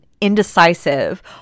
indecisive